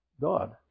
God